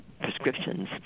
prescriptions